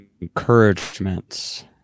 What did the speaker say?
encouragements